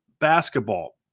basketball